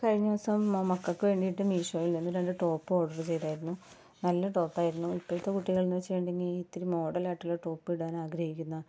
കഴിഞ്ഞ ദിവസം മ മക്കൾക്ക് വേണ്ടീട്ട് മേശോയില് നിന്ന് രണ്ട് ടോപ്പ് ഓഡ്റ് ചെയ്തായിരുന്നു നല്ല ടോപ്പായിരുന്നു ഇപ്പോഴത്തെ കുട്ടികള്ന്ന് വെച്ചിട്ടുണ്ടെങ്കിൽ ഇത്തിരി മോഡലായിട്ടുള്ള ടോപ്പ് ഇടാനാഗ്രഹിക്കുന്ന